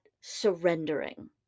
surrendering